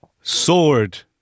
Sword